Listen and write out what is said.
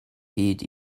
hyd